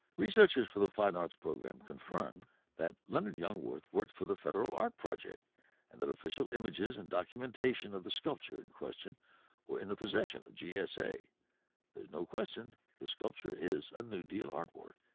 researchers for the fine arts program confirmed that leonard jungwirth worked for the federal art project and that official images and documentation of the sculpture in question were in the possession of gsa. there's no question the sculpture is a new deal artwork.